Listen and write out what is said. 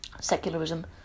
secularism